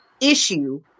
issue